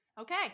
Okay